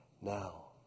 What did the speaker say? Now